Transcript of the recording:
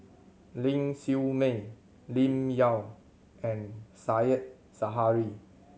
Ling Siew May Lim Yau and Said Zahari